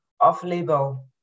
off-label